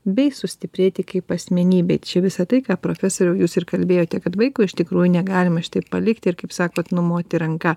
bei sustiprėti kaip asmenybei čia visa tai ką profesoriau jūs ir kalbėjote kad vaiko iš tikrųjų negalima šitaip palikti ir kaip sakot numoti ranka